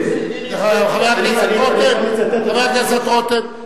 אתה תיכנס לשיאי גינס, חבר הכנסת רותם.